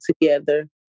together